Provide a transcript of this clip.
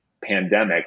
pandemic